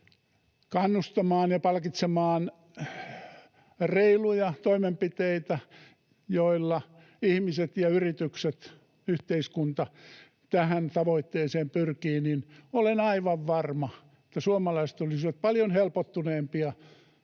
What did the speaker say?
kannustamaan ja palkitsemaan reiluja toimenpiteitä, joilla ihmiset ja yritykset, yhteiskunta tähän tavoitteeseen pyrkii, niin olen aivan varma, että suomalaiset olisivat paljon helpottuneempia